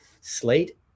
Slate